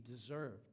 deserved